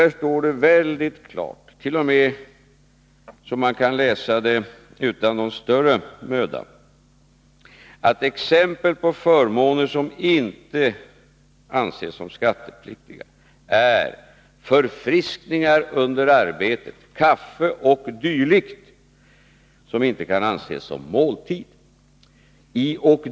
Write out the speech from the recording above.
Där står det mycket klart, t.o.m. så att man kan läsa det utan någon större möda, att exempel på förmåner som inte anses som skattepliktiga är förfriskningar under arbetet, kaffe o. d., som inte kan anses som måltid. I ”o.